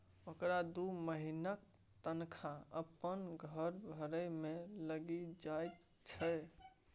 ओकरा दू महिनाक तनखा अपन कर भरय मे लागि जाइत छै